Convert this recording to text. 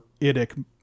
Idic